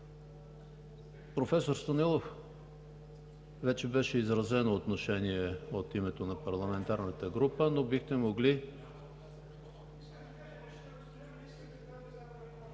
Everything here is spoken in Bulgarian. Професор Станилов, вече беше изразено отношение от името на парламентарната група, но бихте могли…